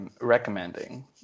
Recommending